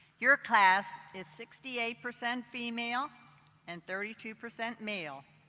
your class is sixty eight percent female and thirty two percent male,